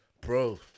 bro